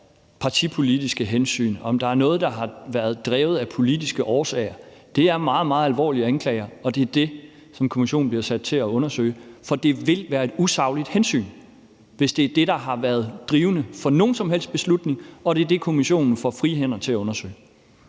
partipolitiske hensyn, altså om der er noget, der har været drevet af politiske årsager. Det er meget, meget alvorlige anklager, og det er det, som kommissionen bliver sat til at undersøge. For det vil være et usagligt hensyn, hvis det er det, der har været drivende for nogen som helst beslutning, og det er det, som kommissionen får frie hænder til at undersøge.